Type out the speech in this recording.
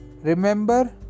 remember